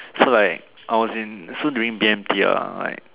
so like I was in so during B_M_T ah like